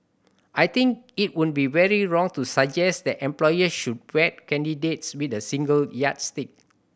I think it would be very wrong to suggest that employers should vet candidates with a single yardstick